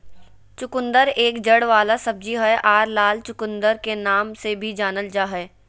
चुकंदर एक जड़ वाला सब्जी हय आर लाल चुकंदर के नाम से भी जानल जा हय